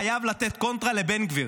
חייבים לתת קונטרה לבן גביר.